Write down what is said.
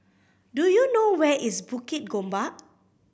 do you know where is Bukit Gombak